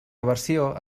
versió